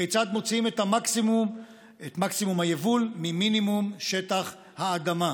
כיצד מוציאים את מקסימום היבול ממינימום שטח האדמה.